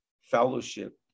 fellowship